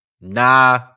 Nah